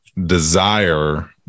desire